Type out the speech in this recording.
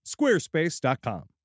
Squarespace.com